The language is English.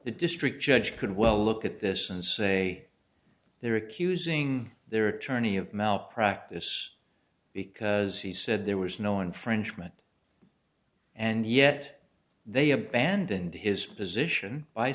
the district judge could well look at this and say they're accusing their attorney of malpractise because he said there was no infringement and yet they abandoned his position by